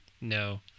No